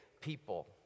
people